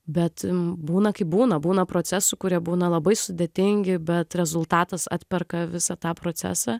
bet būna kaip būna būna procesų kurie būna labai sudėtingi bet rezultatas atperka visą tą procesą